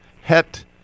het